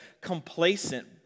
complacent